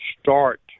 start